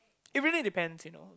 it really depend you know